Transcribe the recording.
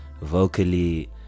vocally